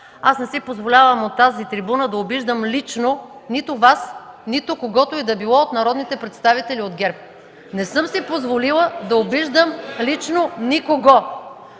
аз не си позволявам от тази трибуна да обиждам лично нито Вас, нито когото и да било от народните представители от ГЕРБ. (Шум и реплики от ГЕРБ.) Не съм си позволила да обиждам лично никого!